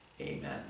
Amen